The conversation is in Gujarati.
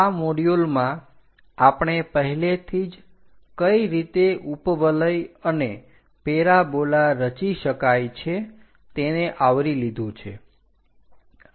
આ મોડયુલમાં આપણે પહેલેથી જ કઈ રીતે ઉપવલય અને પેરાબોલા રચી શકાય છે તેને આવરી લીધું છે